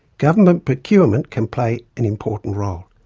government procurement can play an important role.